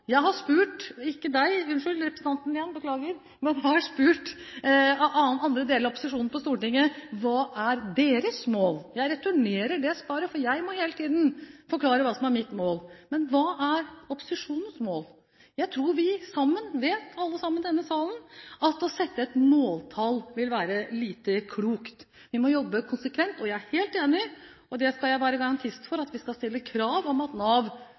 er. Jeg returnerer dette spørsmålet, for jeg må hele tiden forklare hva som er mitt mål. Hva er opposisjonens mål? Jeg tror alle i denne salen vet at å sette et måltall vil være lite klokt. Vi må jobbe konsekvent. Jeg er helt enig i – og skal være garantist for – at vi skal kreve at Nav stiller krav til de attføringsbedriftene som leverer. Men vi skal være klar over at